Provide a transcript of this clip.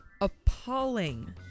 appalling